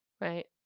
right